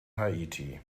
haiti